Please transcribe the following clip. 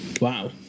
Wow